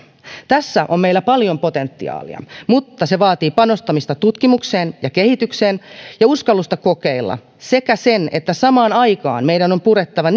tässä on meillä paljon potentiaalia mutta se vaatii panostamista tutkimukseen ja kehitykseen ja uskallusta kokeilla sekä sen että samaan aikaan meidän on purettava